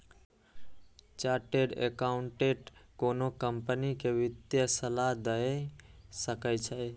chartered accountant कोनो company कें वित्तीय सलाह दए सकै छै